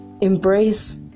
embrace